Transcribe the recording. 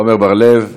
עמר בר-לב.